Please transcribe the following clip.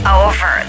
over